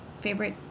favorite